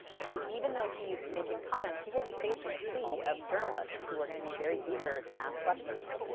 so even though he is making comments, he will be facing sea of journalists who are going to be very eager to ask questions.